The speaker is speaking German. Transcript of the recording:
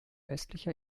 östlicher